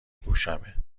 گوشمه